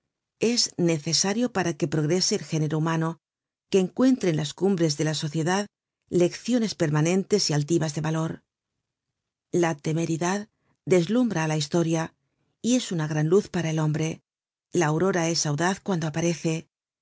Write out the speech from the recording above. es necesario para que progrese el género humano que encuentre en las cumbres de la sociedad lecciones permanentes y altivas de valor la temeridad deslumbra a la historia y es una gran luz para el hombre la aurora es audaz cuando aparece